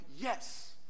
yes